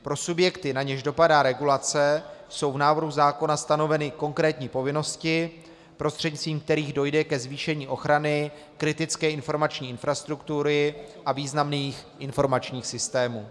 Pro subjekty, na něž dopadá regulace, jsou v návrhu zákona stanoveny konkrétní povinnosti, prostřednictvím kterých dojde ke zvýšení ochrany kritické informační infrastruktury a významných informačních systémů.